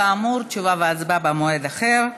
כאמור, תשובה והצבעה במועד אחר.